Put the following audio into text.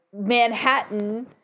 Manhattan